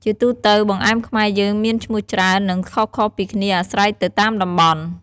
ជាទូទៅ បង្អែមខ្មែរយើងមានឈ្មោះច្រើន និងខុសៗពីគ្នាអាស្រ័យទៅតាមតំបន់។